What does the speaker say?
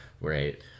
Right